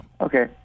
Okay